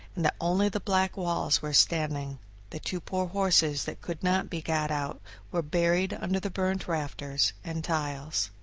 and that only the black walls were standing the two poor horses that could not be got out were buried under the burnt rafters and tiles.